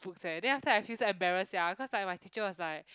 book fair then after I felt so embarrassed sia cause like my teacher was like